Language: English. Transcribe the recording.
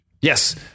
Yes